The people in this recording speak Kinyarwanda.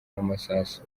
n’amasasu